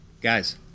guys